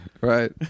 Right